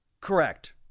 Correct